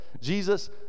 Jesus